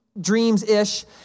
dreams-ish